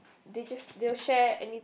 they just they will share any